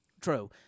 True